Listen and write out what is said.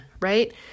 right